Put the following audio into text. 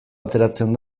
ateratzen